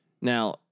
Now